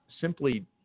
simply